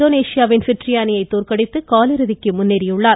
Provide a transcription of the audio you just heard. இந்தோனேசியாவின் பிட்ரியானியை தோற்கடித்து காலிறுதிக்கு முன்னேறியுள்ளார்